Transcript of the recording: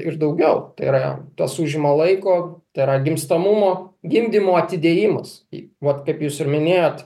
ir daugiau tai yra tas užima laiko tai yra gimstamumo gimdymo atidėjimas į vat kaip jūs ir minėjot